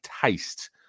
taste